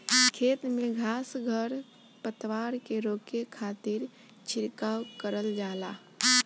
खेत में घास खर पतवार के रोके खातिर छिड़काव करल जाला